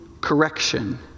correction